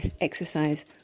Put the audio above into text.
exercise